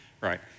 right